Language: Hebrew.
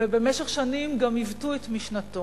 ובמשך שנים גם עיוותו את משנתו,